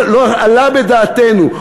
לא עלה בדעתנו.